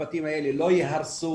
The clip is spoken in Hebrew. הבתים האלה לא ייהרסו,